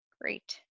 Great